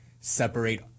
separate